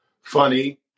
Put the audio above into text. funny